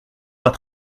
pas